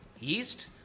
yeast